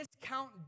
discount